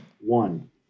One